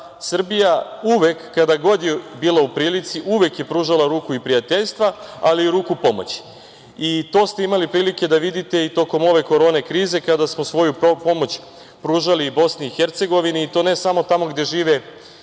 Srbija uvek kada god je bila u prilici, uvek je pružala ruku prijateljstva, ali i ruku pomoći. To ste imali prilike da vidite i tokom ove korone krize kada smo svoju pomoć pružali Bosni i Hercegovini, i to ne samo tamo gde živi